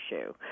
issue